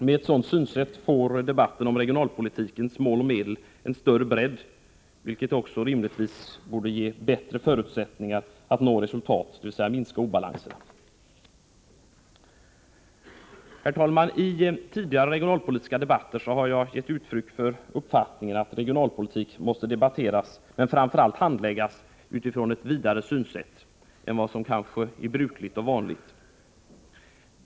Med ett sådant synsätt får debatten om regionalpolitikens mål och medel en större bredd, vilket också rimligtvis borde ge bättre förutsättningar att nå resultat, dvs. minska obalanserna. Herr talman! I tidigare regionalpolitiska debatter har jag givit uttryck för den uppfattningen att regionalpolitik måste debatteras men framför allt handläggas utifrån ett vidare synsätt än vad som kanske är brukligt och vanligt.